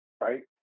right